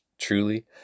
Truly